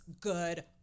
good